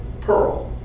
pearl